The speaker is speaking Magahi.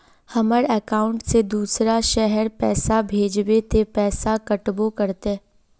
हमर अकाउंट से दूसरा शहर पैसा भेजबे ते पैसा कटबो करते?